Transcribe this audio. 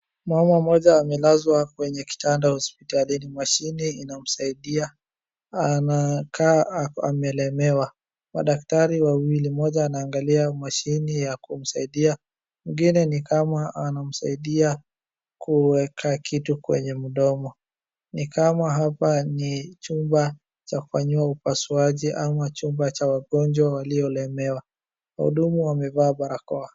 Mama mmoja amelezwa kwenye kitanda hospitalini. Mashine inamsaidia anakaa amelemewa. Madaktari wawili mmoja anaangalia mashine ya kumsaidia mwingine ni kama anamsaidia kuweka kitu kwenye mdomo ni kama hapa ni chumba cha kufanyiwa upasuaji ama chumba cha wagonjwa waliolemewa wahudumu wamevaa barakoa.